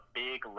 big